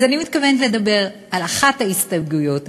אז אני מתכוונת לדבר על אחת ההסתייגויות,